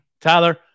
tyler